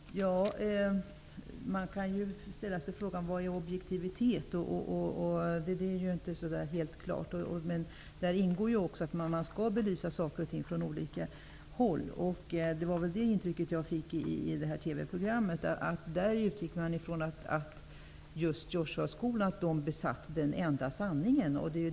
Fru talman! Man kan ställa sig frågan vad objektivitet är, och det är inte så helt klart. I den ingår dock att man skall belysa saker från olika håll, och jag fick av TV-programmet intrycket att man på Joshua-skolan anser att man besitter den enda sanningen.